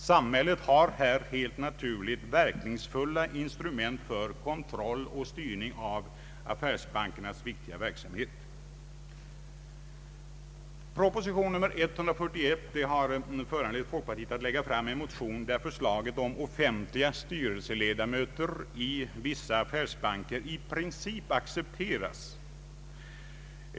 Samhället har här helt naturligt verkningsfulla instrument för kontroll och styrning av affärsbankernas viktiga verksamhet. Proposition 141 har föranlett folkpartiet att lägga fram en motion där förslaget om offentliga styrelseledamöter i vissa affärsbanker i princip accepteras.